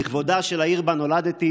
לכבודה של העיר שבה נולדתי.